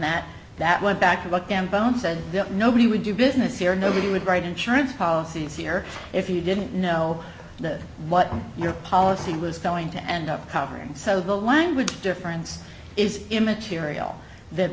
that that went back to what cambone said nobody would do business here nobody would write insurance policies here if you didn't know what your policy was going to end up covering so the language difference is immaterial the